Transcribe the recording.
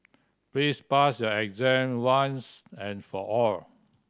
please pass your exam once and for all